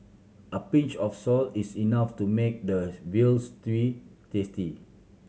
a pinch of salt is enough to make the veal stew tasty